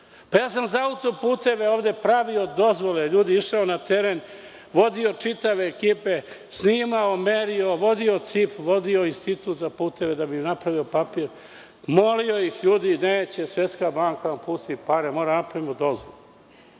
Za autoputeve ovde, sam pravio dozvole, ljudi, išao na teren, vodio čitave ekipe, snimao, merio, vodio CIP, vodio Institut za puteve da bi napravio papir, molio ih. Ljudi, neće Svetska banka da pusti pare, moramo da napravimo